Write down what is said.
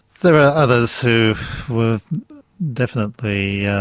there are others who were definitely yeah